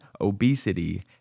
obesity